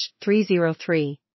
303